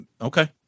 Okay